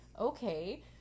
okay